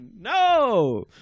No